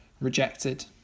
rejected